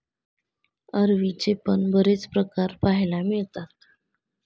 अरवीचे पण बरेच प्रकार पाहायला मिळतात